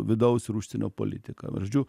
vidaus ir užsienio politiką žodžiu